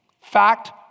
fact